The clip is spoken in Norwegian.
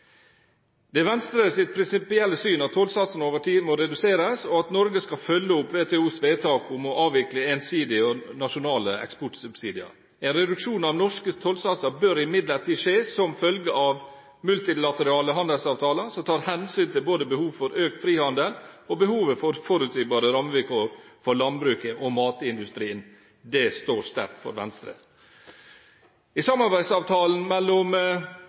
Det er Venstres prinsipielle syn at tollsatsen over tid må reduseres, og at Norge skal følge opp WTOs vedtak om å avvikle ensidige og nasjonale eksportsubsidier. En reduksjon av norske tollsatser bør imidlertid skje som følge av multilaterale handelsavtaler som tar hensyn til både behovet for økt frihandel og behovet for forutsigbare rammevilkår for landbruket og matindustrien. Det står sterkt for Venstre. I samarbeidsavtalen mellom